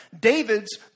David's